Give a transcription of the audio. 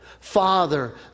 Father